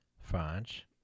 French